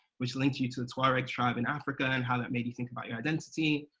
which links you to a tuareg tribe in africa, and how that made you think about your identity,